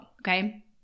Okay